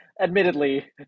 Admittedly